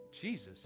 Jesus